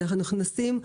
אנחנו נכנסים,